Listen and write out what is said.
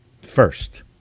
first